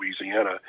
Louisiana